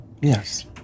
yes